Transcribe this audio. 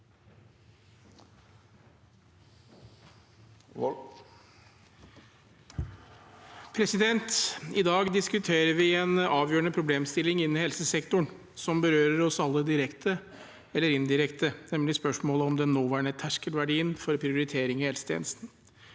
I dag diskuterer vi en avgjørende problemstilling innen helsesektoren som berører oss alle, direkte eller indirekte, nemlig spørsmålet om den nåværende terskelverdien for prioritering i helsetjenesten.